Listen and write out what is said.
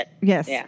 Yes